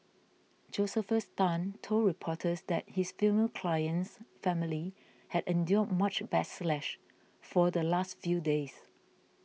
Josephus Tan told reporters that his female client's family had endured much for the last few days